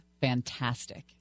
fantastic